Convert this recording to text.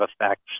effects